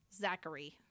Zachary